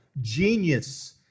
genius